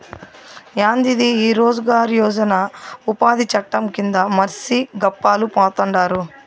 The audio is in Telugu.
యాందిది ఈ రోజ్ గార్ యోజన ఉపాది చట్టం కింద మర్సి గప్పాలు పోతండారు